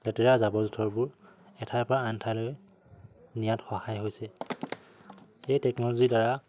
লেতেৰা জাবৰ জোথৰবোৰ এঠাইৰ পৰা আন ঠাইলৈ নিয়াত সহায় হৈছে এই টেকন'লজিৰ দ্বাৰা